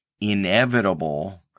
inevitable